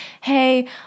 hey